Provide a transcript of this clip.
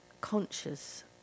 conscious